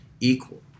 equal